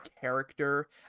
character